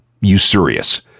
usurious